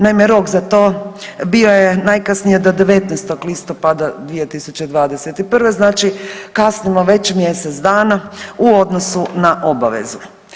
Naime, rok za to bio je najkasnije 19. listopada 2021., znači kasnimo već mjesec dana u odnosu na obavezu.